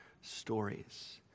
stories